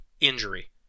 injury